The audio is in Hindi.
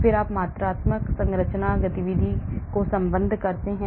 फिर आप मात्रात्मक संरचना गतिविधि को संबंध करते हैं